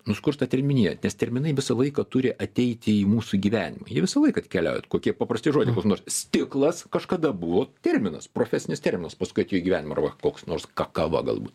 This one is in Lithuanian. nuskursta terminija nes terminai visą laiką turi ateiti į mūsų gyvenimą jie visą laiką atkeliaujat kokie paprasti žodžiai nors stiklas kažkada buvo terminas profesinis terminas paskui atėjo į gyvenimą arba koks nors kakava galbūt